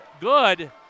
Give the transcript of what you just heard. good